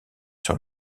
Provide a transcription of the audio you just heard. sur